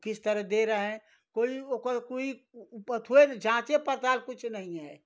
किस तरह दे रहे हैं कोई ओकर कोई पथवेर जाँचे पड़ताल कुछ नहीं है